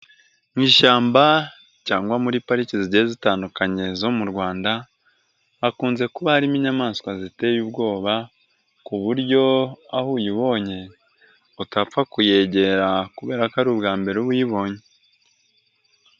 Uu ishyamba cyangwa muri pariki zigiye zitandukanye zo mu Rwanda, hakunze kuba harimo inyamaswa ziteye ubwoba, kuburyo aho uyibonye, utapfa kuyegera kubera ko ari ubwa mbere uya ubonye.